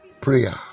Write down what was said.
Prayer